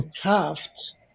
craft